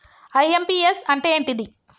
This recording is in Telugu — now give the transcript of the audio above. ఐ.ఎమ్.పి.యస్ అంటే ఏంటిది?